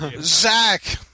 Zach